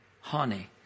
honey